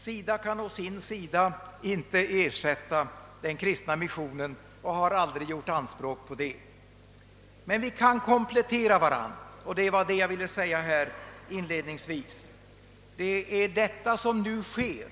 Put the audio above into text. SIDA kan å andra sidan inte ersätta den kristna missionen och har aldrig gjort anspråk på det. Men de kan komplettera varandra. Och det är detta som nu sker.